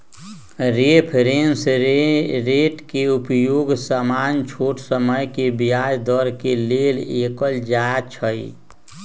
reference rate के उपयोग सामान्य छोट समय के ब्याज दर के लेल कएल जाइ छइ